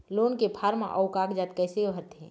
Loan के form अऊ कागजात कइसे भरथें?